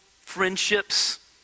friendships